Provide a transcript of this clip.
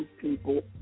people